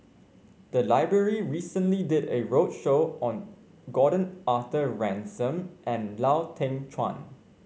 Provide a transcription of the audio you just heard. the library recently did a roadshow on Gordon Arthur Ransome and Lau Teng Chuan